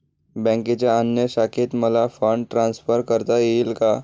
बँकेच्या अन्य शाखेत मला फंड ट्रान्सफर करता येईल का?